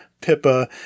Pippa